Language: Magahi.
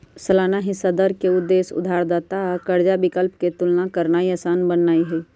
सालाना हिस्सा दर के उद्देश्य उधारदाता आ कर्जा विकल्प के तुलना करनाइ असान बनेनाइ हइ